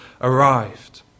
arrived